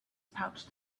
pouch